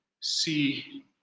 see